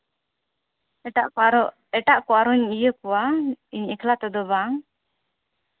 ᱮᱴᱟᱜ ᱠᱚ ᱟᱨᱚ ᱮᱴᱟᱜ ᱠᱚ ᱟᱨᱦᱚᱧ ᱤᱭᱟᱹ ᱠᱚᱣᱟ ᱤᱧ ᱮᱠᱞᱟ ᱛᱮᱫᱚ ᱵᱟᱝ